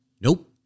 Nope